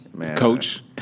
coach